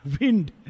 Wind